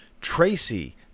Tracy